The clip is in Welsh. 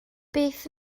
beth